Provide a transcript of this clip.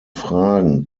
fragen